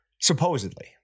supposedly